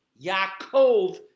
Yaakov